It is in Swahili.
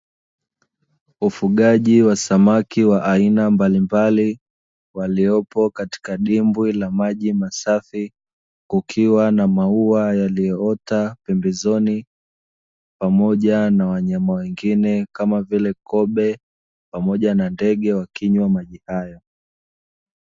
Ufugaji wa samaki wa aina mbalimbali, waliopo katika dimbwi la maji masafi, kukiwa na mauwa yaliyoota pembezoni, pamoja na wanyama wengine kama vile kobe pamoja na ndege wakinywa maji hayo.